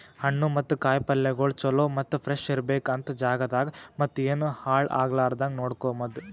ಹಣ್ಣು ಮತ್ತ ಕಾಯಿ ಪಲ್ಯಗೊಳ್ ಚಲೋ ಮತ್ತ ಫ್ರೆಶ್ ಇರ್ಬೇಕು ಅಂತ್ ಜಾಗದಾಗ್ ಮತ್ತ ಏನು ಹಾಳ್ ಆಗಲಾರದಂಗ ನೋಡ್ಕೋಮದ್